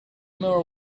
more